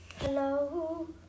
Hello